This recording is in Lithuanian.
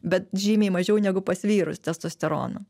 bet žymiai mažiau negu pas vyrus testosterono